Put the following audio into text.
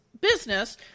business